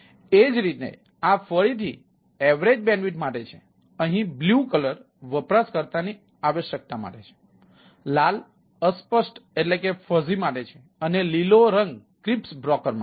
એ જ રીતે આ ફરીથી સરેરાશ બેન્ડવિડ્થ માટે છે અહીં બ્લુ કલરવપરાશકર્તાની આવશ્યકતા માટે છે લાલ અસ્પષ્ટ માટે છે અને લીલો રંગ વ્યવસ્થિત બ્રોકર માટે છે